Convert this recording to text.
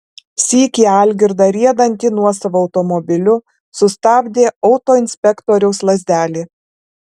sykį algirdą riedantį nuosavu automobiliu sustabdė autoinspektoriaus lazdelė